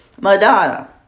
madonna